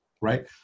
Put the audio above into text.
right